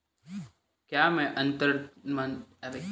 क्या मैं अंतर्जनपदीय राज्य में भी अपना खाता खुलवा सकता हूँ?